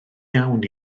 iawn